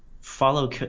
follow